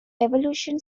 evolution